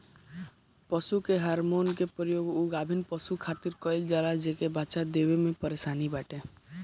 पशु के हार्मोन के प्रयोग उ गाभिन पशु खातिर कईल जाला जेके बच्चा देला में परेशानी बाटे